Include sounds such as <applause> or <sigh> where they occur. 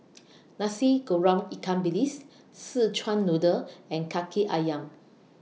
<noise> Nasi Goreng Ikan Bilis Szechuan Noodle and Kaki Ayam